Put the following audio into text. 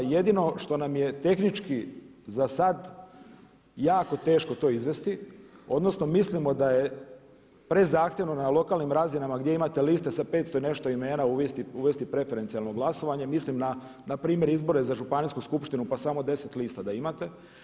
Jedino što nam je tehnički za sada jako teško to izvesti odnosno mislimo da je prezahtjevno na lokalnim razinama gdje imate liste sa 500 i nešto imena uvesti preferencijalno glasovanje, mislim npr. izbore za županijsku skupštinu pa samo 10 lista da imate.